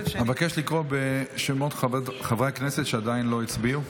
אבקש לקרוא בשמות חברי הכנסת שעדיין לא הצביעו.